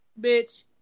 bitch